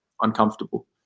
uncomfortable